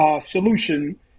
solution